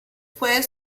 fue